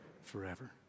forever